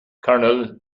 colonel